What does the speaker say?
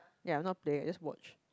ya I'll not play I'll just watch